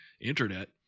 internet